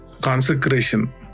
consecration